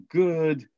good